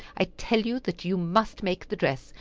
i tell you that you must make the dress.